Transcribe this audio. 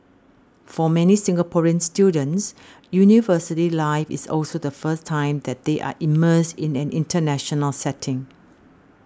for many Singaporean students university life is also the first time that they are immersed in an international setting